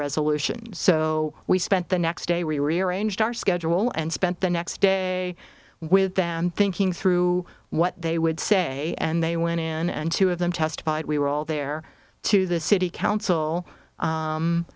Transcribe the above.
resolution so we spent the next day we rearranged our schedule and spent the next day with them thinking through what they would say and they went in and two of them testified we were all there to the city council